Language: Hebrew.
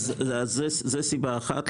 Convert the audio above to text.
זאת סיבה אחת.